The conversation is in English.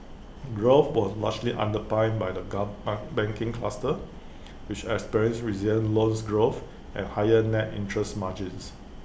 growth was largely underpinned by the gun ban banking cluster which experienced resilient loans growth and higher net interest margins